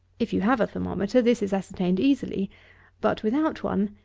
if you have a thermometer, this is ascertained easily but, without one,